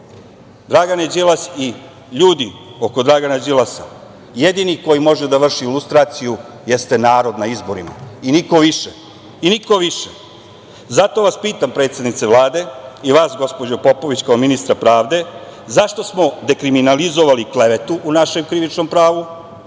Dragane Đilas i ljudi oko Dragana Đilasa, jedini koji može da vrši lustraciju jeste narod na izborima i niko više. Zato vas pitam predsednice Vlade i vas gospođo Popović, kao ministra pravde, zašto smo dekriminalizovali klevetu u našem krivičnom pravu,